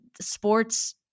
sports